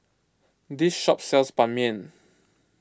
this shop sells Ban Mian